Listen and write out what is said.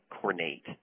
coordinate